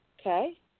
Okay